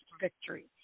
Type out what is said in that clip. victory